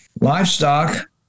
livestock